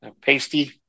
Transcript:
Pasty